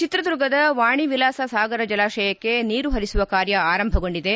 ಚಿತ್ರದುರ್ಗದ ವಾಣಿವಿಲಾಸ ಸಾಗರ ಜಲಾಶಯಕ್ಕೆ ನೀರು ಹರಿಸುವ ಕಾರ್ಯ ಆರಂಭಗೊಂಡಿದೆ